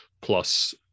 plus